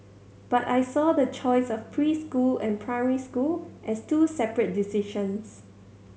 but I saw the choice of preschool and primary school as two separate decisions